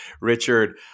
Richard